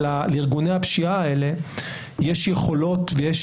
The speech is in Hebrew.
אבל לארגוני הפשיעה האלה יש יכולות ויש